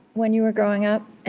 when you were growing up?